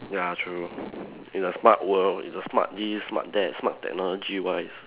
ya true in a smart world in the smart this smart that smart technology wise